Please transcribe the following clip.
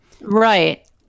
right